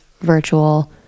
virtual